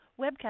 Webcast